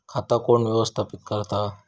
खाता कोण व्यवस्थापित करता?